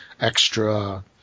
extra